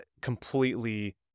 completely